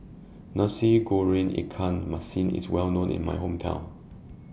Nasi Goreng Ikan Masin IS Well known in My Hometown